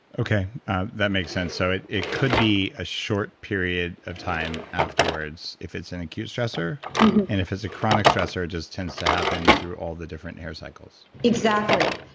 that makes sense. so it it could be a short period of time afterwards if it's an acute stressor and if it's a chronic stressor just tends to happen through all the different hair cycles. exactly.